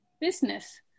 business